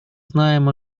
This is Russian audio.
знаем